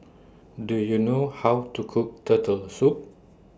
Do YOU know How to Cook Turtle Soup